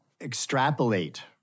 extrapolate